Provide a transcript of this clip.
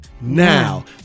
now